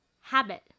habit